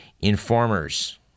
informers